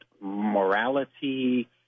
morality